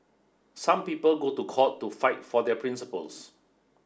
some people go to court to fight for their principles